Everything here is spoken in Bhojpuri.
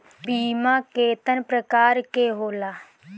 बीमा केतना प्रकार के होला?